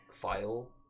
file